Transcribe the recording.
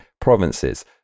provinces